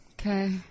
Okay